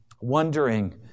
wondering